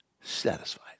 satisfied